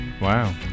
Wow